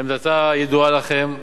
עמדתה ידועה לכם.